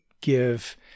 give